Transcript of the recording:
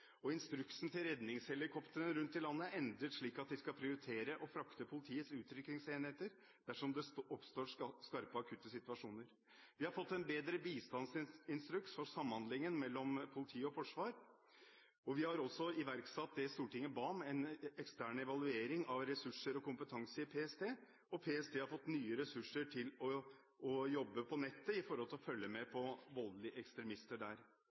september. Instruksen til redningshelikoptrene rundt i landet er endret slik at de skal prioritere å frakte politiets utrykningsenheter dersom det oppstår skarpe, akutte situasjoner. Vi har fått en bedre bistandsinstruks for samhandlingen mellom politi og forsvar, og vi har også iverksatt det Stortinget ba om: en ekstern evaluering av ressurser og kompetanse i PST. PST har også fått nye ressurser til å jobbe på nettet for å kunne følge med på voldelige ekstremister der.